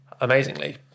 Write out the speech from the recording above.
amazingly